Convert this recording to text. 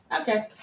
Okay